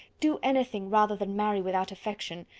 do anything rather than marry without affection.